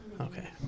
Okay